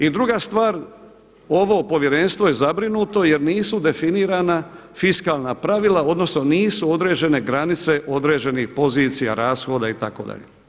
I druga stvar, ovo Povjerenstvo je zabrinuto jer nisu definirana fiskalna pravila, odnosno nisu određene granice određenih pozicija rashoda itd.